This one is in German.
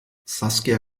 saskia